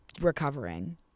recovering